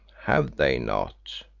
have they not?